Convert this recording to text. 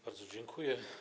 Bardzo dziękuję.